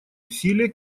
усилия